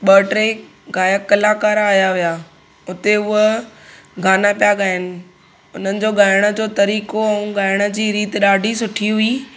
ॿ टे गाइक कलाकार आया हुया हुते उहे गाना पिया गाइनि हुननि जो गाइण जो तरीक़ो ऐं गाइण जी रीति ॾाढी सुठी हुई